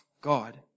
God